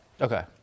Okay